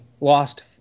lost